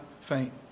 faint